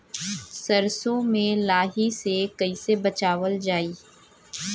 सरसो में लाही से कईसे बचावल जाई?